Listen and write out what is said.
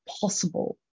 possible